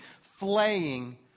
flaying